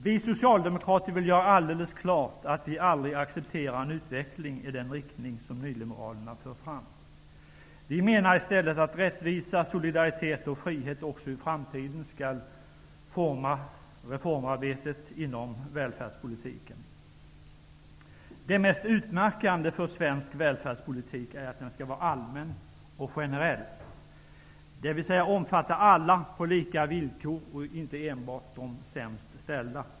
Vi socialdemokrater vill göra alldeles klart att vi aldrig accepterar en utveckling i den riktning som nyliberalerna förordar. Vi menar i stället att rättvisa, solidaritet och frihet också i framtiden skall gälla för reformarbetet inom välfärdspolitiken. Det mest utmärkande för svensk välfärdspolitik är att den skall vara allmän och generell, dvs. omfatta alla på lika villkor och inte enbart de sämst ställda.